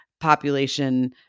population